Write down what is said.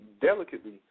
delicately